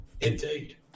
Indeed